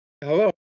Hello